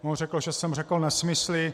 On řekl, že jsem řekl nesmysly.